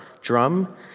drum